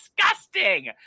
disgusting